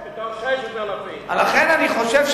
מתוך 6,000. לכן אני חושב,